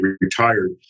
retired